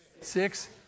Six